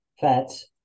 fats